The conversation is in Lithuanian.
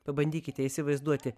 pabandykite įsivaizduoti